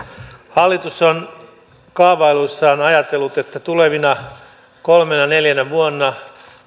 hallitus on kaavailuissaan ajatellut että tulevina kolmena viiva neljänä vuonna